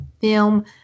film